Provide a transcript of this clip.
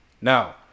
Now